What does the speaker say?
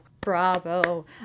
bravo